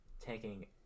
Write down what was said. taking